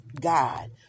God